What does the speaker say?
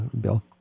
Bill